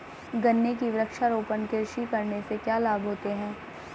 गन्ने की वृक्षारोपण कृषि करने से क्या लाभ होते हैं?